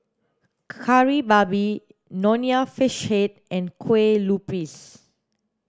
kari babi nonya fish head and kueh lupis